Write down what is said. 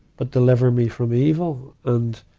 but deliver me from evil. and,